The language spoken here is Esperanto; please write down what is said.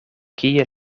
kie